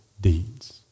deeds